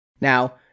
Now